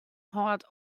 hâldt